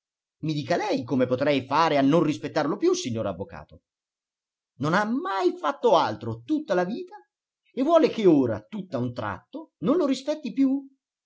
i dica lei come potrei fare a non rispettarlo più signor avvocato non ho mai fatto altro tutta la vita e vuole che ora tutt'a un tratto non lo rispetti più